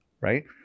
right